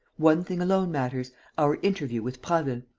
one thing alone matters our interview with prasville.